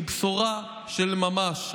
היא בשורה של ממש.